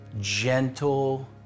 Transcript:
gentle